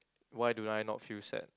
why do I not feel sad